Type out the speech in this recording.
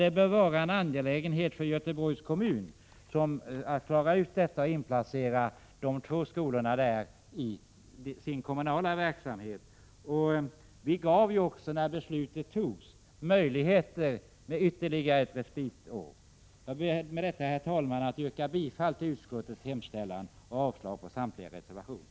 Det bör vara en angelägenhet för Göteborgs kommun att klara ut detta och att inplacera de två skolorna i sin kommunala verksamhet. När beslutet fattades gavs möjligheter till ytterligare ett respitår. Jag ber med detta, herr talman, att få yrka bifall till utskottets hemställan och avslag på samtliga reservationer.